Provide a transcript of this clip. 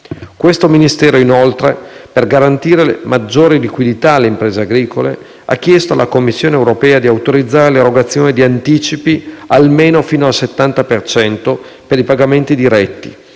Questo Ministero, inoltre, per garantire maggiore liquidità alle imprese agricole, ha chiesto alla Commissione europea di autorizzare l'erogazione di anticipi almeno fino al 70 per cento per i pagamenti diretti